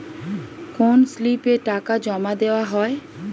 কোন স্লিপে টাকা জমাদেওয়া হয়?